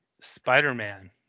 Spider-Man